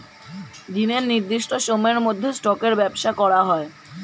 দিনের নির্দিষ্ট সময়ের মধ্যে স্টকের ব্যবসা করা হয়